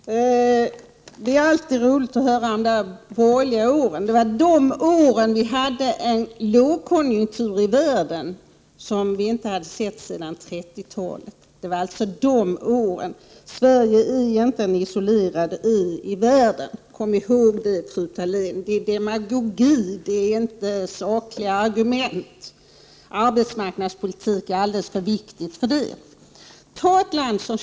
Herr talman! Det är alltid roligt att höra om de borgerliga åren. Det var då som vi hade en internationell lågkonjunktur som vi inte sett maken till sedan 30-talet. Det var således under dessa år som de borgerliga partierna hade ansvaret. Sverige är inte en isolerad ö i världen. Kom ihåg det, fru Thalén. Talet om de borgerliga åren är demagogi och inte sakliga argument. Arbetsmarknadspolitik är alldeles för viktigt för att man skall föra diskussionen på den nivån.